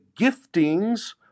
giftings